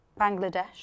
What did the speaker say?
Bangladesh